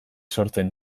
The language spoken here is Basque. sortzen